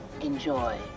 enjoy